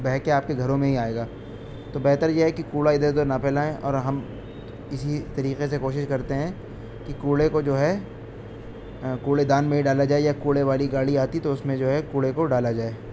بہہ کے آپ کے گھروں میں ہی آئے گا تو بہتر یہ ہے کہ کوڑا ادھر ادھر نہ پھیلائیں اور ہم اسی طریقے سے کوشش کرتے ہیں کہ کوڑے کو جو ہے کوڑے دان میں ہی ڈالا جائے یا کوڑے والی گاڑی آتی تو اس میں جو ہے کوڑے کو ڈالا جائے